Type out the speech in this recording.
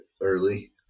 early